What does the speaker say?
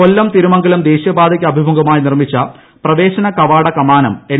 കൊല്ലം തിരുമംഗലം ദേശീയപാതയ്ക്ക് അഭിമുഖമായി നിർമ്മിച്ച പ്രവേശന കവാട കമാനം എൻ